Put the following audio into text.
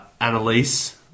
Annalise